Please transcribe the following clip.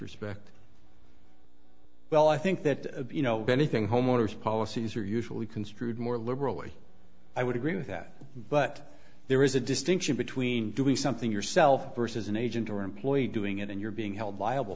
respect well i think that you know anything homeowners policies are usually construed more liberally i would agree with that but there is a distinction between doing something yourself versus an agent or employee doing it and you're being held liable